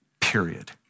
period